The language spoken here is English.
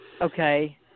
okay